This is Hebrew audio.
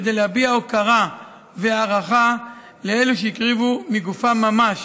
כדי להביע הוקרה והערכה לאלו שהקריבו מגופם ממש